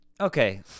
okay